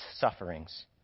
sufferings